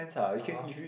(uh huh)